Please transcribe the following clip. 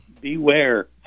Beware